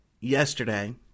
yesterday